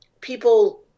people